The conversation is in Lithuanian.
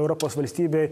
europos valstybėj